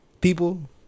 People